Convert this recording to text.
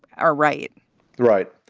ah right right.